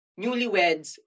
newlyweds